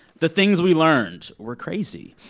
the things we learned were crazy.